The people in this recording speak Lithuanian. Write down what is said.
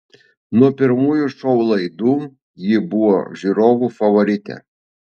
nuo pirmųjų šou laidų ji buvo žiūrovų favoritė